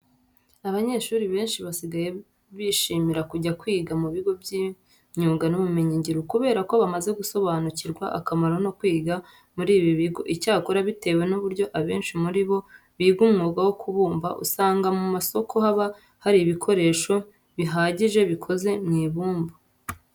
Abanyeshuri benshi basigaye bishimira kujya kwiga mu bigo by'imyuga n'ubumenyingiro kubera ko bamaze gusobanukirwa akamaro ko kwiga muri ibi bigo. Icyakora bitewe n'uburyo abenshi muri bo biga umwuga wo kubumba, usanga ku masoko haba hari ibikoresho bihagije bikoze mu ibumba.